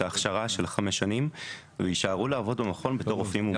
את ההכשרה של החמש שנים ויישארו לעבוד במכון בתור רופאים מומחים.